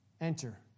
Enter